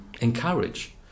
encourage